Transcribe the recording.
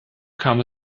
kam